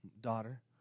daughter